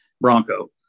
bronco